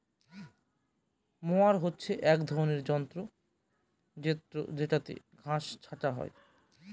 mower হচ্ছে এক রকমের যন্ত্র জেত্রযেটাতে ঘাস ছাটা হয়